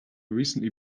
recently